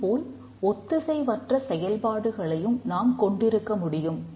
அதேபோல் ஒத்திசைவற்ற செயல்பாடுகளையும் நாம் கொண்டிருக்க முடியும்